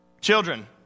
children